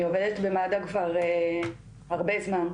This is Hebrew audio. אני עובדת במד"א כבר הרבה זמן,